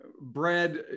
Brad